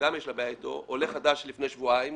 יש בעיה אתו עולה חדש מלפני שבועיים,